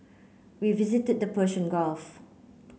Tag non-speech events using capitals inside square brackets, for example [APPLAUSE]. we visited the Persian Gulf [NOISE]